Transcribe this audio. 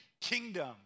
kingdom